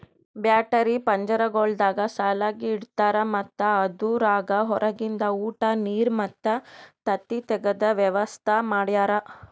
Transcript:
battery ಪಂಜರಗೊಳ್ದಾಗ್ ಸಾಲಾಗಿ ಇಡ್ತಾರ್ ಮತ್ತ ಅದುರಾಗ್ ಹೊರಗಿಂದ ಉಟ, ನೀರ್ ಮತ್ತ ತತ್ತಿ ತೆಗೆದ ವ್ಯವಸ್ತಾ ಮಾಡ್ಯಾರ